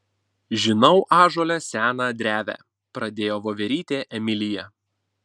žinau ąžuole seną drevę pradėjo voverytė emilija